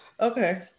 okay